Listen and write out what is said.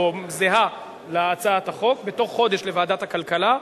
או זהה להצעת החוק בתוך חודש לוועדת הכלכלה,